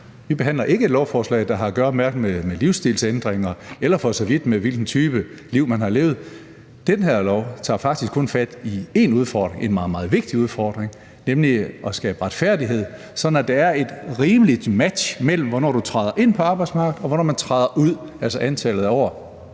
Vi behandler ikke et lovforslag, der har at gøre med livsstilsændringer eller for så vidt med, hvilken type liv man har levet. Det her lovforslag tager faktisk kun fat i én udfordring – en meget, meget vigtig udfordring – nemlig at skabe retfærdighed, sådan at der er et rimeligt match mellem, hvornår man træder ind på arbejdsmarkedet, og hvornår man træder ud, altså antallet af år: